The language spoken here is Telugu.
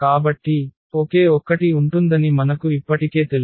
కాబట్టి ఒకే ఒక్కటి ఉంటుందని మనకు ఇప్పటికే తెలుసు